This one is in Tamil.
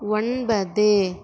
ஒன்பது